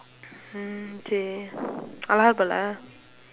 mm okay அழகா இருப்பானா:azhakaa iruppaanaa